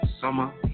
summer